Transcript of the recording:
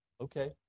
Okay